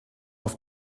auf